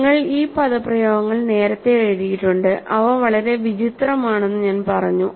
നിങ്ങൾ ഈ പദപ്രയോഗങ്ങൾ നേരത്തെ എഴുതിയിട്ടുണ്ട് അവ വളരെ വിചിത്രമാണെന്ന് ഞാൻ പറഞ്ഞു